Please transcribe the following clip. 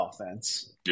offense